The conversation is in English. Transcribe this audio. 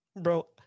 Bro